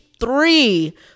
three